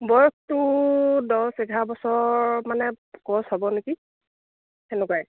বয়সটো দছ এঘাৰ বছৰ মানে ক্ৰচ হ'ব নেকি তেনেকুৱাই